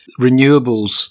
renewables